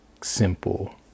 simple